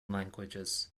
languages